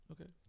Okay